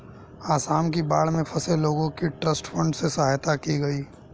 आसाम की बाढ़ में फंसे लोगों की ट्रस्ट फंड से सहायता की गई